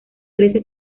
trece